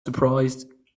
surprised